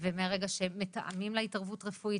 ומהרגע שמתאמים לה התערבות רפואית.